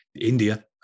India